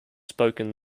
spoken